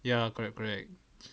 ya correct correct